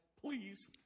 Please